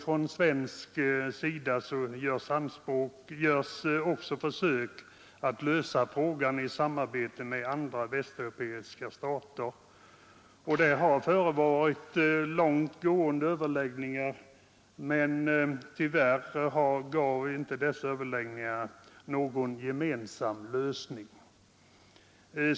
Från svensk sida görs också försök att lösa frågan i samarbete med andra västeuropeiska stater. Där har förevarit långt gående överläggningar, men tyvärr gav de inte någon gemensam lösning.